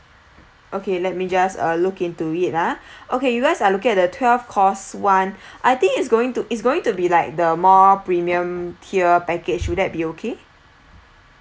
okay let me just uh look into it ah okay you guys are looking at the twelve course one I think is going to is going to be like the more premium tier package would that be okay